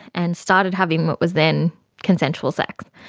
and started having what was then consensual sex,